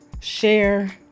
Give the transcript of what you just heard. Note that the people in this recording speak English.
share